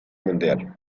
mundial